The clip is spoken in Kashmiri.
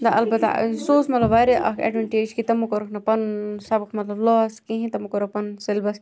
اَلبَتہَ سُہ اوس مَطلَب واریاہ اکھ ایٚڈونٹیج کہِ تمو کوٚرُکھ نہٕ پَنُن سَبَق مَطلَب کوٚرُکھ نہٕ لوس کِہِنۍ تمو کوٚر پَنُن سیلبَس